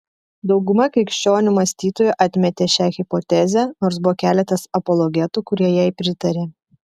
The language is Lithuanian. dauguma krikščionių mąstytojų atmetė šią hipotezę nors buvo keletas apologetų kurie jai pritarė